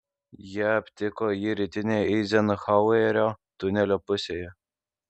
jie aptiko jį rytinėje eizenhauerio tunelio pusėje